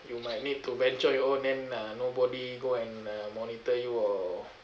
you might need to venture your own then uh nobody go and uh monitor you or